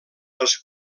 els